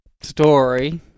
story